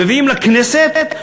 מביאים לכנסת,